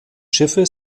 schiffe